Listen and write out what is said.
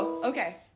Okay